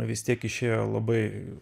vis tiek išėjo labai